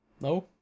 No